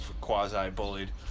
quasi-bullied